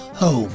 Home